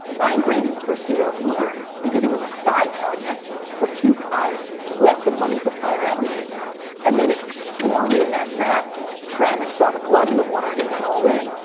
ryan graves the first ceo of uber because it was a side project for two guys who had some money for prior exits and then it exploded in ah sf. travis saw the blood in the water and he went all in.